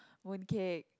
mooncake